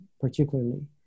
particularly